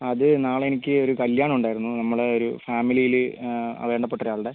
അത് നാളെ എനിക്ക് ഒരു കല്യാണം ഉണ്ടായിരുന്നു നമ്മുടെ ഒരു ഫാമിലീൽ വേണ്ടപ്പെട്ടൊരാൾടെ